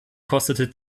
kostete